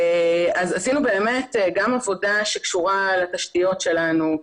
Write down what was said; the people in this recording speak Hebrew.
אז עשינו גם עבודה שקשורה לתשתיות שלנו,